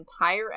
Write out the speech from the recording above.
entire